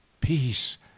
Peace